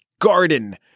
garden